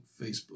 Facebook